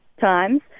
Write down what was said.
times